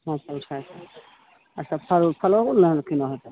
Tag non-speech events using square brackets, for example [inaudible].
[unintelligible] आ तब फल फलो आओर ने किनऽ होतै